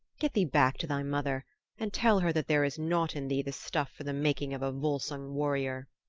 get thee back to thy mother and tell her that there is not in thee the stuff for the making of a volsung warrior.